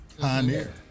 Pioneer